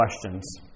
questions